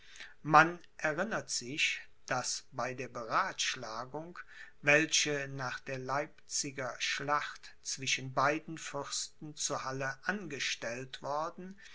man erinnert sich daß bei der beratschlagung welche nach der leipziger schlacht zwischen beiden fürsten zu halle angestellt worden